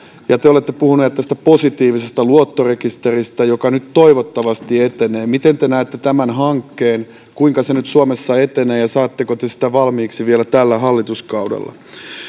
ja te te olette puhunut tästä positiivisesta luottorekisteristä joka nyt toivottavasti etenee miten te näette tämän hankkeen kuinka se nyt suomessa etenee ja saatteko te sen valmiiksi vielä tällä hallituskaudella